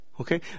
Okay